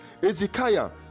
ezekiah